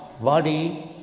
body